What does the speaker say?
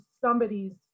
somebody's